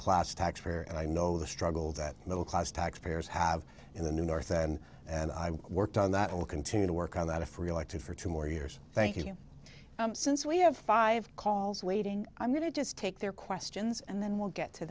taxpayer and i know the struggle that middle class taxpayers have in the north and and i worked on that will continue to work on that if we elected for two more years thank you since we have five calls waiting i'm going to just take their questions and then we'll get to